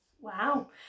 Wow